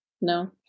No